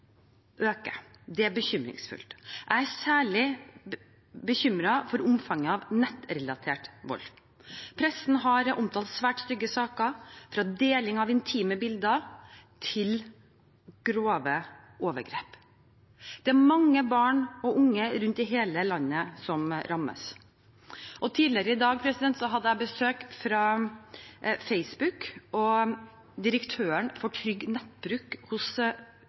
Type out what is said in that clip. er bekymringsfullt. Jeg er særlig bekymret for omfanget av nettrelatert vold. Pressen har omtalt svært stygge saker, fra deling av intime bilder til grove overgrep. Det er mange barn og unge rundt i hele landet som rammes. Tidligere i dag hadde jeg besøk fra Facebook og direktøren for trygg nettbruk